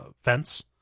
fence